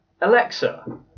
Alexa